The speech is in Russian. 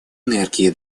энергии